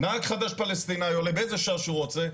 נהג חדש פלסטיני עולה באיזו שעה שהוא רוצה,